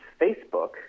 Facebook